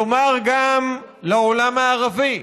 לומר גם לעולם הערבי,